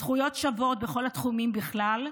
זכויות שוות בכל התחומים בכלל,